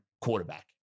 quarterback